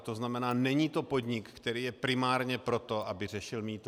To znamená, není to podnik, který je primárně pro to, aby řešil mýto.